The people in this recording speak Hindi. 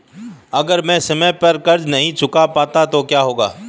अगर मैं समय पर कर्ज़ नहीं चुका पाया तो क्या होगा?